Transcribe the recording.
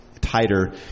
Tighter